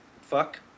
fuck